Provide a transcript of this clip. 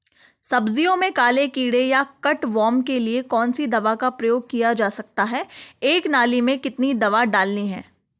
सब्जियों में काले कीड़े या कट वार्म के लिए कौन सी दवा का प्रयोग किया जा सकता है एक नाली में कितनी दवा डालनी है?